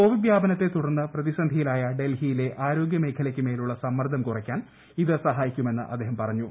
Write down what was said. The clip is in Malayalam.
കോവിഡ് വ്യാപനത്തെ തുടർന്ന് പ്രതിസന്ധിയിലായ ഡൽഹിയിലെ ആരോഗ്യ മേഖലയ്ക്ക് മേലുള്ള സമ്മർദ്ദം കുറയ്ക്കാൻ ഇത് സഹായിക്കുമെന്ന് അദ്ദേഹം പറഞ്ഞു